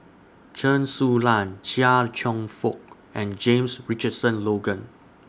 Chen Su Lan Chia Cheong Fook and James Richardson Logan